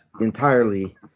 entirely